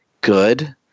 good